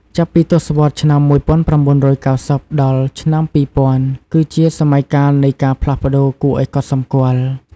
ចាប់ពីទសវត្សរ៍ឆ្នាំ ១៩៩០ ដល់ឆ្នាំ ២០០០ គឺជាសម័យកាលនៃការផ្លាស់ប្តូរគួរឱ្យកត់សម្គាល់។